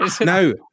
no